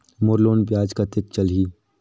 मोर loan ब्याज कतेक चलही?